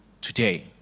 today